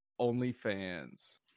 OnlyFans